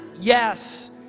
yes